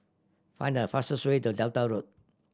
find the fastest way to Delta Road